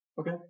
Okay